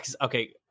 Okay